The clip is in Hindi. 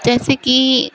जैसे कि